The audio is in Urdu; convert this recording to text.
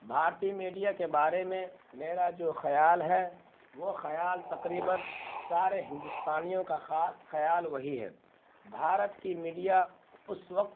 بھارتی میڈیا کے بارے میں میرا جو خیال ہے وہ خیال تقریباً سارے ہندوستانیوں کا خال خیال وہی ہے بھارت کی میڈیا اس وقت